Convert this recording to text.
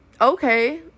okay